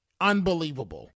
Unbelievable